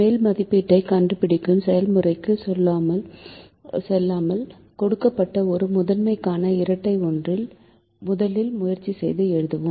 மேல் மதிப்பீட்டைக் கண்டுபிடிக்கும் செயல்முறைக்குச் செல்லாமல் கொடுக்கப்பட்ட ஒரு முதன்மைக்கான இரட்டை ஒன்றை முதலில் முயற்சி செய்து எழுதுவோம்